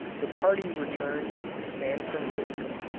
the party return to san francisco.